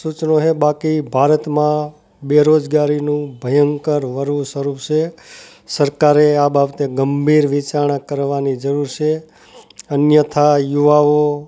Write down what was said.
સૂચનો છે બાકી ભારતમાં બેરોજગારીનું ભયંકર વરવું સ્વરૂપ છે સરકારે આ બાબતે ગંભીર વિચારણા કરવાની જરૂર છે અન્યથા યુવાઓ